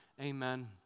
Amen